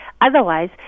Otherwise